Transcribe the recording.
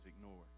ignored